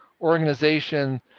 organization